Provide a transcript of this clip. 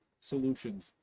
solutions